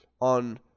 on